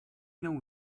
know